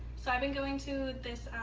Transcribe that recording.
so i've been going to this